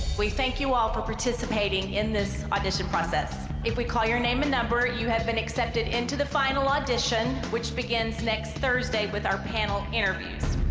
we thank you all for participating in this audition process. if we call your name and number, you have been accepted into the final audition, which begins next thursday with our panel interviews.